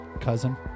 cousin